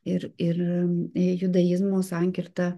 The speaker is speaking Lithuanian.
ir ir judaizmo sankirta